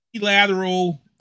lateral